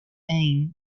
anne